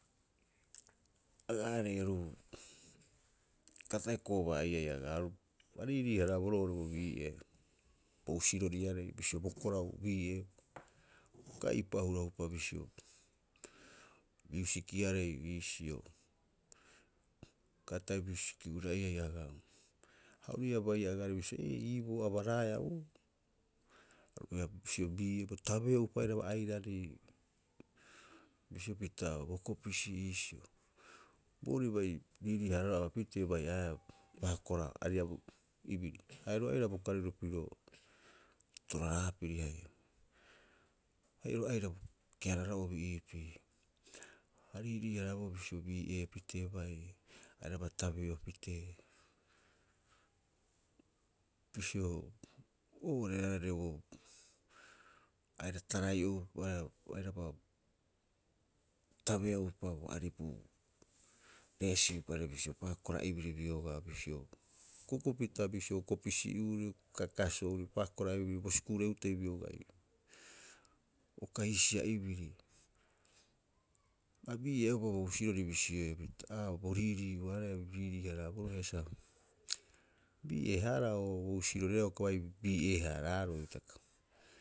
Agaarei aru, uka ata'e kobaa'iai agaa. A riirii- haraaboroo oo'ore bo bi'ee bo husiroriarei bisio bo korau bi'ee. Uka eipa hura'opa bisio biusikiarei iisio. Uka ata'e biusiki hura'iai agaa. Ha orii ii'aa a baiia agaarei bisio, ee iiboo abaraeaa ouu, tabeo'upa airaba airari bisio pita bo kopisii iisio. Boorii bai riirii- haaraaroo bai abapitee, bai'aea paakora ariabu'ibiri. Haia oru aira bo kariro pirio tooraaraapiri haia. Haia oru aira keararo'obi iipii. A riirii- haraaboroo bisio bii'eepitee bai, airaba tabeo pitee. Bisio aira tarai'o'uropa, airaba tabeo'upa bo aripu reesi'upa, haia bisio paakora ibiri biogaa bisio, akukupita bisio kopisi'uurii kaakaasoo'uuri, paakora ibiri bo suku'u re'utei biogai uka hisia'ibiri. A bii'eeaupa bo husirori bisioi hapita bo riirii'uaarei, a riirii- haraboroo sa bii'eehaarahao bo husiroriarei uka bai bii'ee- haaraaroo hitaka.